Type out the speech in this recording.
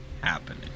happening